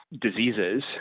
diseases